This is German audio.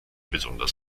besonders